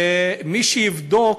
ומי שיבדוק,